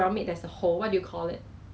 I don't know why I mean for me lah